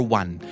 one